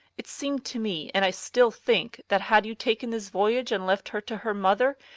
it seemed to me, and i still think, that had you taken this voyage and left her to her mother,